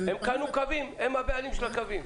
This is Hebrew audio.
הם קנו קווים, הם הבעלים של הקווים.